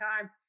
time